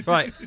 Right